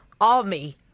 army